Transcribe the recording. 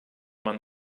man